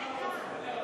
רגע.